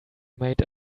made